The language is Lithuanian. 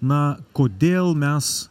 na kodėl mes